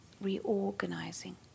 reorganizing